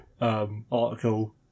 article